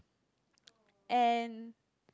and